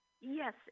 Yes